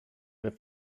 with